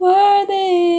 Worthy